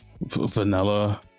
Vanilla